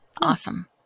Awesome